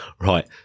right